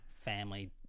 family